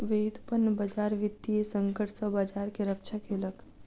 व्युत्पन्न बजार वित्तीय संकट सॅ बजार के रक्षा केलक